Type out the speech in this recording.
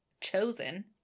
chosen